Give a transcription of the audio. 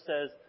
says